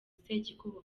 sekikubo